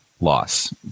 loss